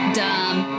dumb